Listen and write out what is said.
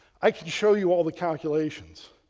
i can show you all the calculations.